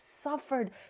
suffered